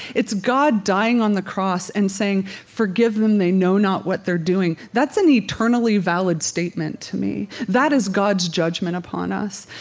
it's god dying on the cross and saying forgive them they know not what they're doing. that's an eternally valid statement to me. that is god's judgment upon us.